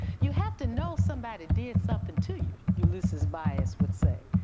you have to know somebody did something to you, ulysses bias would say,